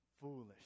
foolish